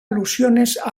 alusiones